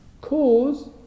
cause